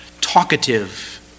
talkative